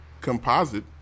composite